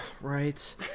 Right